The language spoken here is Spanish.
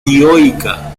dioica